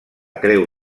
creu